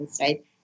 right